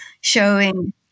showing